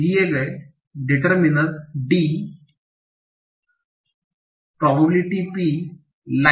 determine D probability P light